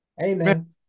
amen